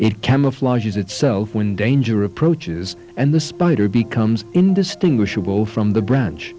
it camouflages itself when danger approaches and the spider becomes indistinguishable from the branch